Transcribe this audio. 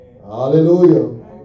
Hallelujah